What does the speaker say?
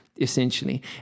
essentially